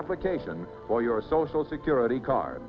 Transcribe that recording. application for your social security card